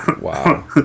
Wow